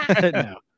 No